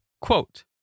Quote